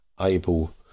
able